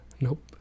Nope